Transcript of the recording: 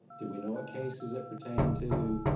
did we know what cases it pertained to,